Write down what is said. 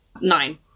Nine